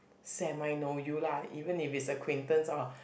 Semi know you lah even if is acquaintance or